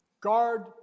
Guard